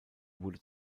wurde